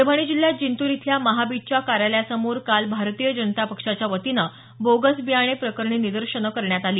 परभणी जिल्ह्यात जिंतूर इथल्या महाबीजच्या कार्यालयासमोर काल भारतीय जनता पक्षाच्या वतीनं बोगस बियाणे प्रकरणी निदर्शनं करण्यात आली